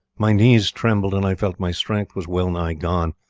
my knees trembled, and i felt my strength was well-nigh gone,